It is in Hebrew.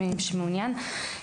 למי שמעוניין.